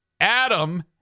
Adam